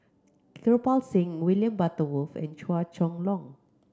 Kirpal Singh William Butterworth and Chua Chong Long